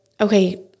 okay